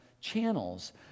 channels